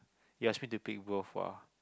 you ask me to pick both ah